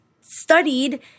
studied